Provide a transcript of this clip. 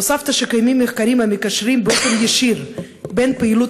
הוספת שקיימים מחקרים המקשרים באופן ישיר בין פעילות